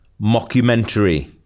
Mockumentary